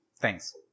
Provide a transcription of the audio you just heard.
Thanks